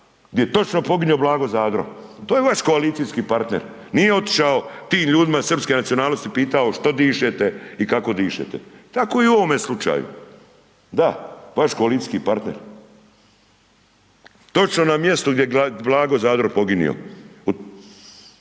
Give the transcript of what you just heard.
Gdje je točno poginuo Blago Zadro. To je vaš koalicijski partner, nije otišao tim ljudima srpske nacionalnosti i pitao što dišete i kako dišete. Tako i u ovome slučaju. Da, vaš koalicijski partner. Točno na mjestu gdje je Blago Zadro poginuo.